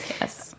Yes